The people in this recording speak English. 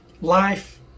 life